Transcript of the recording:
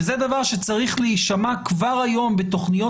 זה דבר שצריך להישמע כבר היום בתוכניות